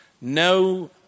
no